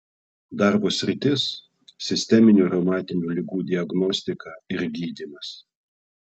darbo sritis sisteminių reumatinių ligų diagnostika ir gydymas